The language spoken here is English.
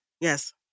yes